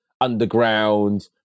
underground